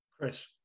Chris